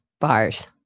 bars